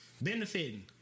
Benefiting